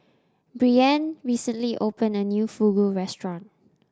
brianne recently opened a new Fugu Restaurant